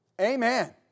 Amen